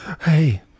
Hey